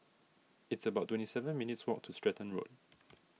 it's about twenty seven minutes' walk to Stratton Road